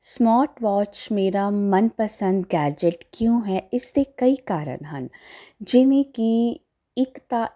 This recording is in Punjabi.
ਸਮਾਰਟ ਵਾਚ ਮੇਰਾ ਮਨ ਪਸੰਦ ਗੈਜਟ ਕਿਉਂ ਹੈ ਇਸ ਦੇ ਕਈ ਕਾਰਨ ਹਨ ਜਿਵੇਂ ਕਿ ਇੱਕ ਤਾਂ